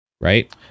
Right